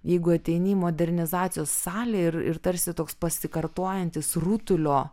jeigu ateini į modernizacijos salę ir ir tarsi toks pasikartojantis rutulio